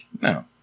No